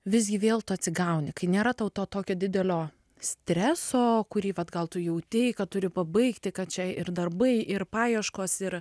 visgi vėl tu atsigauni kai nėra tau to tokio didelio streso kurį vat gal tu jautei kad turi pabaigti kad čia ir darbai ir paieškos ir